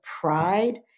pride